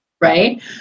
right